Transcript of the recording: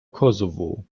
kosovo